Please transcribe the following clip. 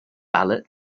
ballot